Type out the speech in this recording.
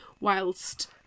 whilst